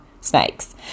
snakes